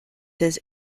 his